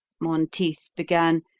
monteith began,